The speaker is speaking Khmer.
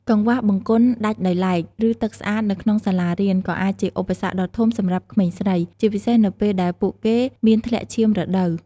កង្វះបង្គន់ដាច់ដោយឡែក ឬទឹកស្អាតនៅក្នុងសាលារៀនក៏អាចជាឧបសគ្គដ៏ធំសម្រាប់ក្មេងស្រី ជាពិសេសនៅពេលដែលពួកគេមានធ្លាក់ឈាមរដូវ។